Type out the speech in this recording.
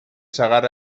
sagar